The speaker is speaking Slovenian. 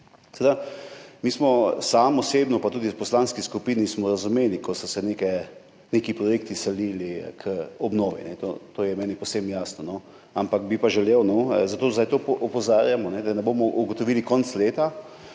ministrstvu. Sam osebno, pa tudi v poslanski skupini smo razumeli, ko so se neki projekti selili k obnovi. To je meni povsem jasno, ampak bi pa želel, zato zdaj to opozarjamo, da ne bomo ugotovili konec leta